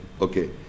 okay